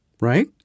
right